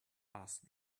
asked